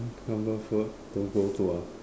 don't go tour